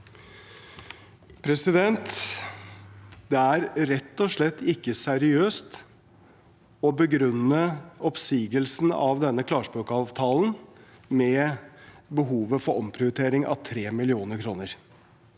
Det er rett og slett ikke seriøst å begrunne oppsigelsen av denne klarspråkavtalen med behovet for omprioritering av 3 mill. kr.